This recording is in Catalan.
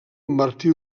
martí